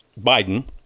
biden